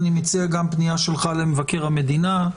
אני מציע גם פנייה שלך למבקר המדינה.